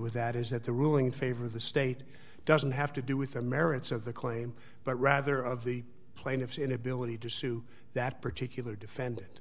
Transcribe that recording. with that is that the ruling in favor of the state doesn't have to do with the merits of the claim but rather of the plaintiff's inability to sue that particular defendant